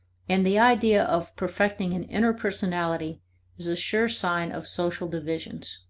and the idea of perfecting an inner personality is a sure sign of social divisions.